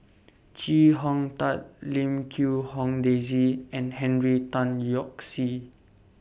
Chee Hong Tat Lim Quee Hong Daisy and Henry Tan Yoke See